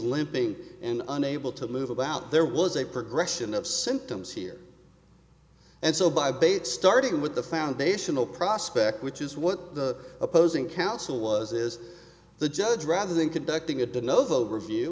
limping and unable to move about there was a progression of symptoms here and so by bates starting with the foundational prospect which is what the opposing counsel was is the judge rather than conducting a